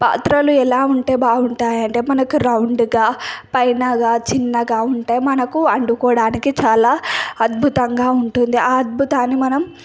పాత్రలు ఎలా ఉంటే బాగుంటాయి అంటే మనకు రౌండ్గా పైనగా చిన్నగా ఉంటే మనకు వండుకోవడానికి చాలా అద్భుతంగా ఉంటుంది ఆ అద్భుతాన్ని మనం